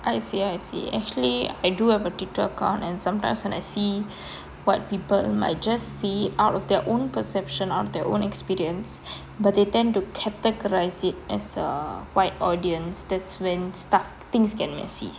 I see I see actually I do have a twitter account and sometimes and I see what people might just see out of their own perception out of their own experience but they tend to categorise it as a wide audience that's when stuff things get messy